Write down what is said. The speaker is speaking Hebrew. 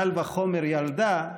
קל וחומר ילדה,